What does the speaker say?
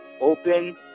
Open